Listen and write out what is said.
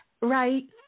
right